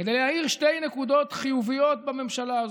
כדי להאיר שתי נקודות חיוביות בממשלה הזו.